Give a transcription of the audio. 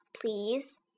please